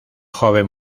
joven